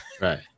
Right